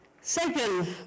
Second